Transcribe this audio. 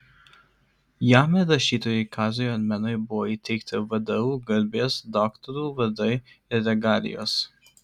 jam ir rašytojui kaziui almenui buvo įteikti vdu garbės daktarų vardai ir regalijos